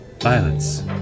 violence